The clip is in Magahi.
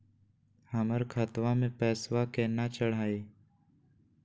हमर खतवा मे पैसवा केना चढाई?